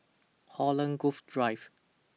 Holland Grove Drive